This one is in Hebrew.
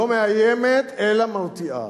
לא מאיימת, אלא מרתיעה.